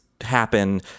happen